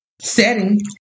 setting